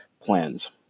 plans